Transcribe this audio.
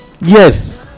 Yes